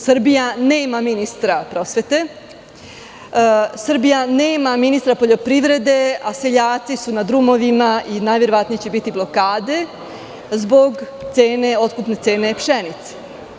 Srbija nema ministra prosvete, Srbija nema ministra poljoprivrede, a seljaci su na drumovima i najverovatnije će biti blokade zbog otkupne cene pšenice.